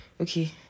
Okay